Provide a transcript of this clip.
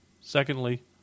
Secondly